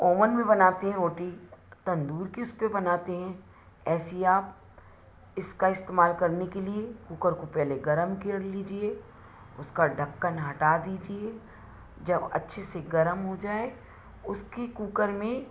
oven में बनाती हैं रोटी तंदूर किसके बनाते हैं ऐसे आप इसका इस्तेमाल करने के लिए कुकर को पहले गर्म कर लीजिए उसका ढक्कन हटा दीजिए जब अच्छे से गर्म हो जाए उसकी कुकर में